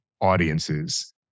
audiences